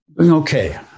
Okay